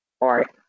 art